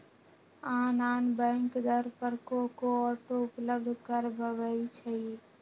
आन आन बैंक दर पर को को ऑटो उपलब्ध करबबै छईं